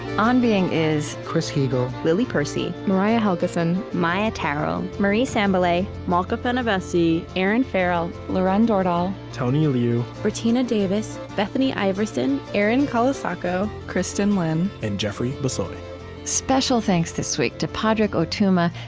on being is chris heagle, lily percy, mariah helgeson, maia tarrell, marie sambilay, malka fenyvesi, erinn farrell, lauren dordal, tony liu, brettina davis, bethany iverson, erin colasacco, kristin lin, and jeffrey bissoy special thanks this week to padraig o tuama,